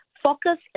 Focus